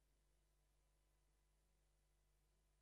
הפרויקט